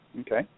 Okay